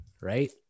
Right